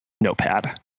notepad